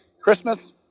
christmas